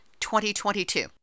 2022